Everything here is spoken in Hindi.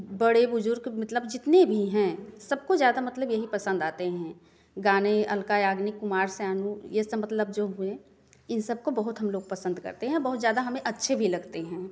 बड़े बुजुर्ग मतलब जितने भी हैं सबको ज़्यादा मतलब यह ही पसंद आते हैं गाने अल्का याग्निक कुमार सानू यह सब मतलब जो हुए हैं इन सबको बहुत हम लोग पसंद करते हैं बहुत ज़्यादा हमें अच्छे भी लगते हैं